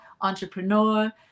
entrepreneur